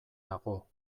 nago